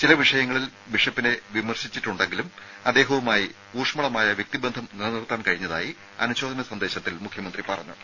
ചില വിഷയങ്ങളിൽ ബിഷപ്പിനെ വിമർശിച്ചിട്ടുണ്ടെങ്കിലും അദ്ദേഹവുമായി ഊഷ്മളമായ വ്യക്തിബന്ധം നിലനിർത്താൻ കഴിഞ്ഞതായി അനുശോചന സന്ദേശത്തിൽ മുഖ്യമന്ത്രി പറഞ്ഞു